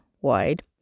wide